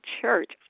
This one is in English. church